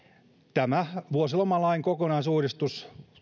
vuosilomalain kokonaisuudistus